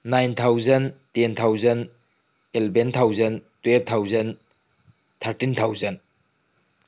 nine thousand ten thousand eleven thousand twelve thousand thirteen thousand